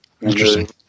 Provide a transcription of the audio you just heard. Interesting